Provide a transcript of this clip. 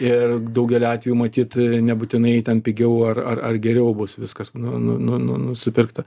ir daugeliu atvejų matyt nebūtinai ten pigiau ar ar ar geriau bus viskas nu nu nu nu nu supirkta